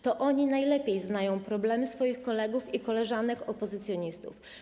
To oni najlepiej znają problemy swoich kolegów i koleżanek opozycjonistów.